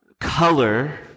color